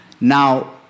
Now